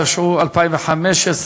התשע"ו 2015,